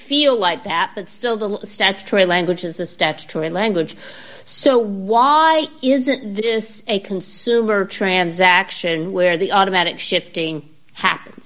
feel like that but still the statutory language is a statutory language so why isn't this a consumer transaction where the automatic shifting ha